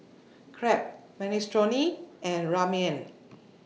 Crepe Minestrone and Ramen